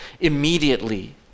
immediately